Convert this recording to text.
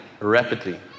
rapidly